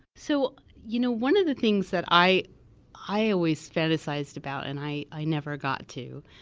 so you know one of the things that i i always fantasized about and i i never got to,